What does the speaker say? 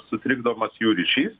sutrikdomas jų ryšys